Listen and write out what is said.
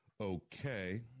okay